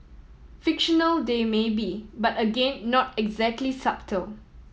fictional they may be but again not exactly subtle